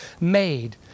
made